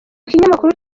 kinyamakuru